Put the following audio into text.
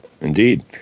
Indeed